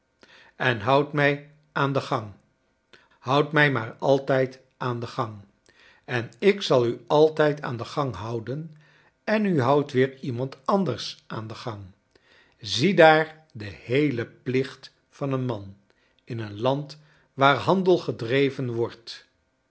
en houd mij aan den gang houd mij maar altijd aan den gang en ik zal u altij d aan den gang houden en u houdt weer iemand anders aan den gang zieda r de heele plicht van een man in een land waar handel gedreven wordt